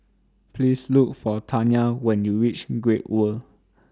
Please Look For Tanya when YOU REACH Great World